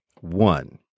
One